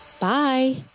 Bye